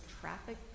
traffic